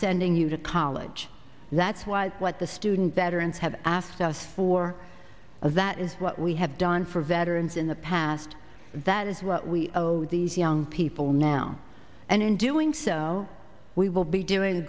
sending you to college that's why what the student veterans have asked us for as that is what we have done for veterans in the past that is what we owe these young people now and in doing so we will be doing